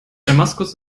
damaskus